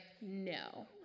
no